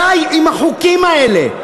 די עם החוקים האלה.